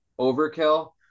overkill